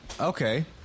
okay